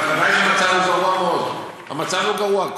ודאי שהמצב הוא גרוע מאוד, המצב הוא גרוע.